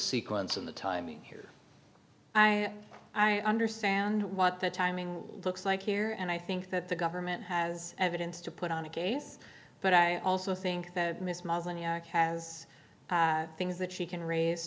sequence of the timing here i i understand what the timing looks like here and i think that the government has evidence to put on a case but i also think that ms muslin iraq has things that she can raise